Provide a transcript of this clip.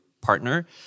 partner